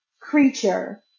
creature